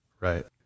Right